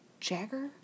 Jagger